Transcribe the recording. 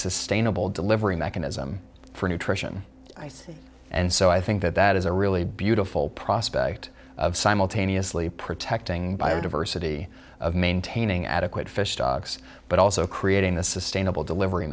sustainable delivery mechanism for nutrition i think and so i think that that is a really beautiful prospect of simultaneously protecting biodiversity of maintaining adequate fish stocks but also creating the sustainable delivery